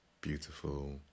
beautiful